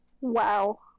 wow